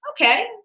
Okay